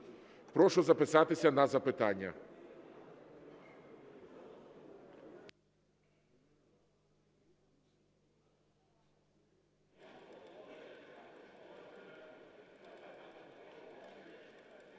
Прошу записатися на запитання.